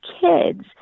kids